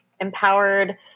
empowered